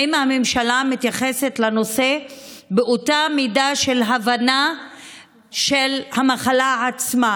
האם הממשלה מתייחסת לנושא באותה מידה של הבנה של המחלה עצמה,